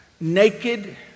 naked